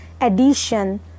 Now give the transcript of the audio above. addition